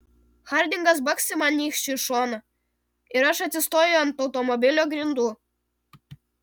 hardingas baksi man nykščiu į šoną ir aš atsistoju ant automobilio grindų